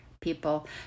people